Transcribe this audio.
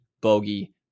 Bogey